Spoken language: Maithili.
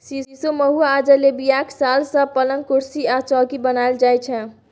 सीशो, महुआ आ जिलेबियाक साल सँ पलंग, कुरसी आ चौकी बनाएल जाइ छै